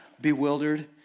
bewildered